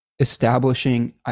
establishing